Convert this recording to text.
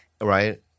Right